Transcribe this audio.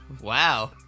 Wow